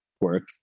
work